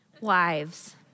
Wives